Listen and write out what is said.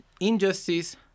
injustice